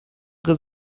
ihre